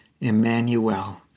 Emmanuel